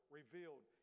revealed